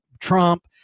Trump